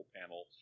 panel